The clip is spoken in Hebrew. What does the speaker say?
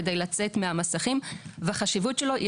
כדי לצאת מהמסכים והחשיבות שלו היא